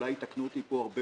ואולי יתקנו אותי פה, הרבה